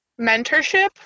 mentorship